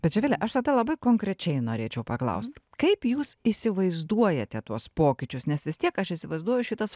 bet živile aš tada labai konkrečiai norėčiau paklaust kaip jūs įsivaizduojate tuos pokyčius nes vis tiek aš įsivaizduoju šitas